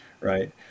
right